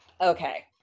Okay